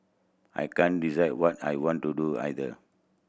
I can't decide what I want to do either